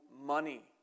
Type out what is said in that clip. money